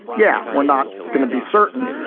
yeah, we're not going to be certain.